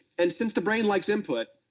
and since the brain likes input,